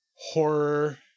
Horror